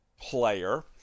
player